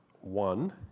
One